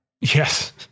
yes